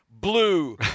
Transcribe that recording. blue